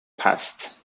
passed